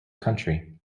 country